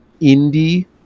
indie